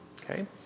okay